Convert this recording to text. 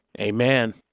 amen